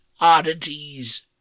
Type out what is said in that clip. oddities